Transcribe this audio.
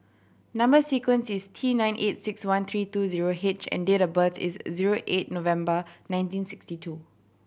number sequence is T nine eight six one three two zero H and date of birth is zero eight November nineteen sixty two